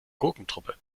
gurkentruppe